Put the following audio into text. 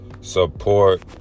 support